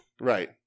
Right